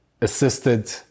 assisted